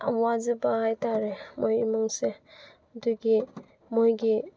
ꯋꯥꯖꯕ ꯍꯥꯏ ꯇꯥꯔꯦ ꯃꯣꯏ ꯏꯃꯨꯡꯁꯦ ꯑꯗꯨꯒꯤ ꯃꯣꯏꯒꯤ